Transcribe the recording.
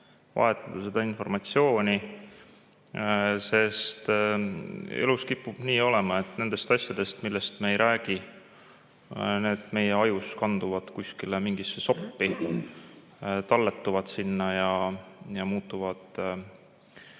vahetada informatsiooni. Elus kipub nii olema, et nendest asjadest, millest me ei räägi, need meie ajus kanduvad kuskile mingisse soppi, talletuvad sinna ja muutuvad